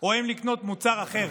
או אם לקנות מוצר אחר,